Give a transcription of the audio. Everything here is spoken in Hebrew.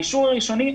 האישור הראשוני,